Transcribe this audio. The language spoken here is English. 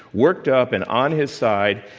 worked up and on his side,